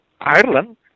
Ireland